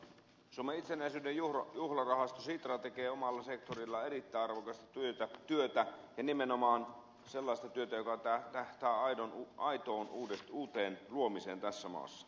suomen itsenäisyyden juhlarahasto sitra tekee omalla sektorillaan erittäin arvokasta työtä ja nimenomaan sellaista työtä joka tähtää aitoon uuden luomiseen tässä maassa